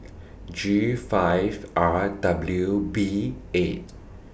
G five R W B eight